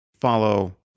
follow